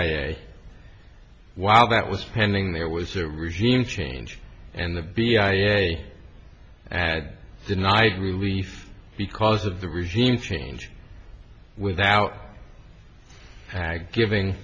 i while that was pending there was a regime change and the big day at denied relief because of the regime change without giving